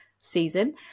season